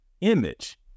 image